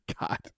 God